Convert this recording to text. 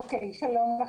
שלום.